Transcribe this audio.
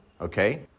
Okay